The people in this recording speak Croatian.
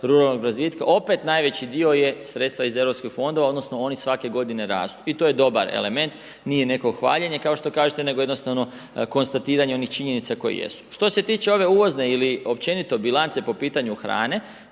ruralnog razvitka, opet najveći dio je sredstva iz europskih fondova, odnosno, oni svake g. rastu. I to je dobar element, nije neko hvaljenje, kao što kažete, nego jednostavno konstatiranja činjenice koje jesu. Što se tiču ove uvozne ili općenito bilance po pitanju hrane,